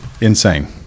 Insane